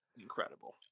incredible